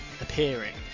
appearing